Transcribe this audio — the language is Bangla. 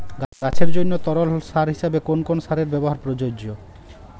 গাছের জন্য তরল সার হিসেবে কোন কোন সারের ব্যাবহার প্রযোজ্য?